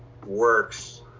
works